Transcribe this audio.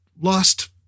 lost